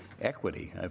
equity